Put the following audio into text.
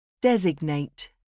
Designate